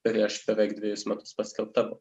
prieš beveik dvejus metus paskelbta buvo